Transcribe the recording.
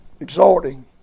Exhorting